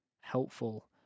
helpful